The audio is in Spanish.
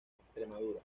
extremadura